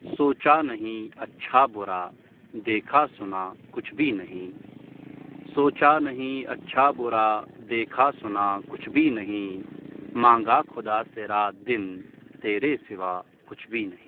سوچا نہیں اچھا برا دیکھا سنا کچھ بھی نہیں سوچا نہیں اچھا برا دیکھا سنا کچھ بھی نہیں مانگا خدا سے رات دن تیرے سوا کچھ بھی نہیں